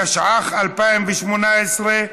התשע"ח 2018,